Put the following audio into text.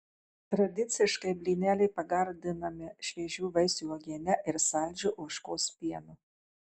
tradiciškai blyneliai pagardinami šviežių vaisių uogiene ir saldžiu ožkos pienu